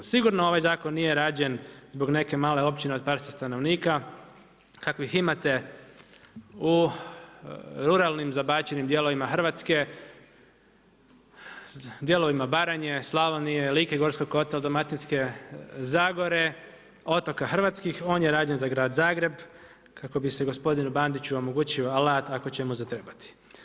Sigurno ovaj zakon nije rađen zbog neke male općine od par sto stanovnika kakvih imate u ruralnim zabačenim dijelovima Hrvatske, dijelovima Baranje, Slavonije, Like i Gorskog kotara, Dalmatinske zagore, otoka hrvatskih on je rađen za grad Zagreb kako bise gospodinu Bandiću omogućio alat ako će mu zatrebati.